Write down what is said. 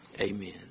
Amen